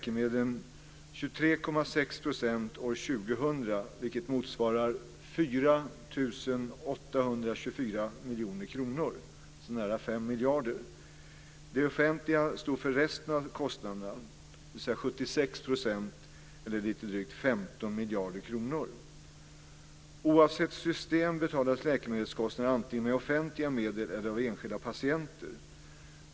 eller lite drygt 15 miljarder kronor. Oavsett system betalas läkemedelskostnaderna antingen med offentliga medel eller av enskilda patienter.